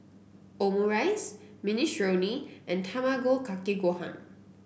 Omurice Minestrone and Tamago Kake Gohan